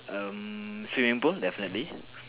um swimming pool definitely